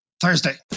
Thursday